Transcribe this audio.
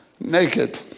naked